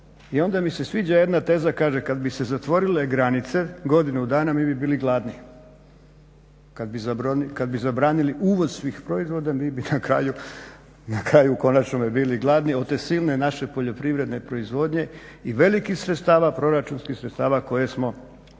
I onda mi se sviđa jedna teza, kaže kad bi se zatvorile granice godinu dana mi bi bili gladni, kad bi zabranili uvoz svih proizvoda mi bi na kraju u konačnome bili gladni od te silne naše poljoprivredne proizvodnje i velikih sredstava, proračunskih sredstava koje smo tokom